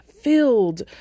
filled